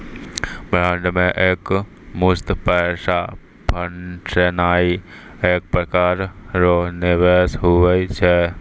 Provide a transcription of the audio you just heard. bond मे एकमुस्त पैसा फसैनाइ एक प्रकार रो निवेश हुवै छै